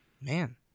Man